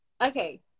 okay